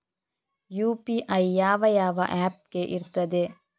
UPI ಯಾವ ಯಾವ app ಗೆ ಇರ್ತದೆ?